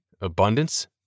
abundance